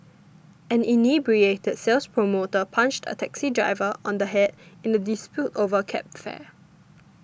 an inebriated sales promoter punched a taxi driver on the head in a dispute over cab fare